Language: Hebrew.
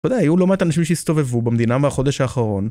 תודה, היו לא מעט אנשים שהסתובבו במדינה מהחודש האחרון.